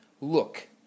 look